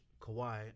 Kawhi